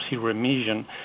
remission